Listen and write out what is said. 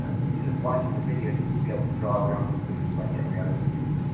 ah the student watching the video needs to be able to draw their own conclusions like every other student.